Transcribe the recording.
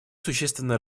существенно